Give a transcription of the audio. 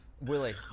Willie